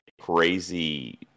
crazy